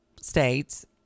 states